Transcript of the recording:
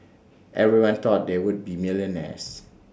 everyone thought they would be millionaires